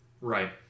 Right